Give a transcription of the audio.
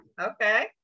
Okay